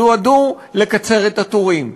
שנועדו לקצר את התורים,